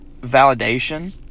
validation